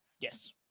Yes